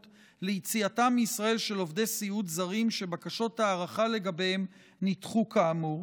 ליציאתם מישראל של עובדי סיעוד זרים שבקשות הארכה לגביהם נדחו כאמור,